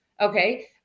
Okay